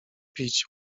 pić